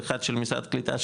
אחד של משרד הקליטה,